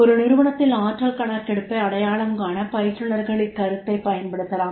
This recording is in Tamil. ஒரு நிறுவனத்தில் ஆற்றல் கணக்கெடுப்பை அடையாளம் காண பயிற்றுனர்கள் இக்கருத்தைப் பயன்படுத்தலாம்